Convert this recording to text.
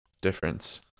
difference